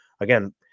again